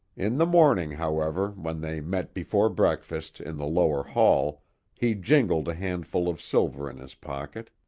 in the morning, however, when they met before breakfast in the lower hall he jingled a handful of silver in his pocket.